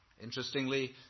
Interestingly